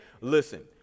Listen